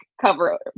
cover